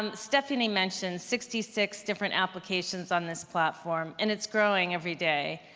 um stephanie mentioned sixty six different applications on this platform, and it's growing everyday.